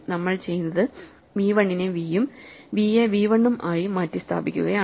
നമ്മൾ ചെയ്യുന്നത് v 1 നെ v ഉം v യെ v 1 ഉം ആയി മാറ്റിസ്ഥാപിക്കുകയുമാണ്